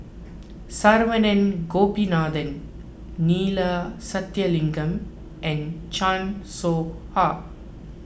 Saravanan Gopinathan Neila Sathyalingam and Chan Soh Ha